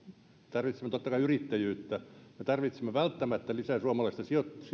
tarvitsemme totta kai yrittäjyyttä me tarvitsemme välttämättä lisää suomalaista